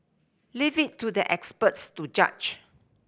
leave it to the experts to judge